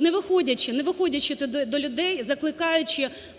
не виходячи туди до людей, закликаючи